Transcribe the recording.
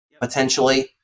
potentially